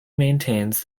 maintains